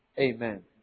Amen